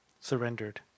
surrendered